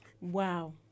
Wow